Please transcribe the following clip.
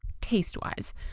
taste-wise